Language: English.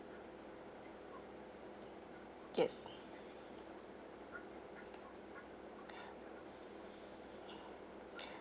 yes